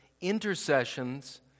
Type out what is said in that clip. intercessions